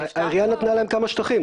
זה נפתח כבר?